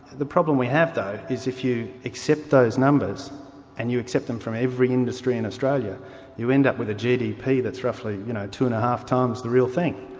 the problem we have, though, is if you accept those numbers and you accept them from every industry in australia you end up with a gdp that's roughly you know two-and-a-half times the real thing.